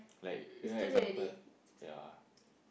like yeah example yeah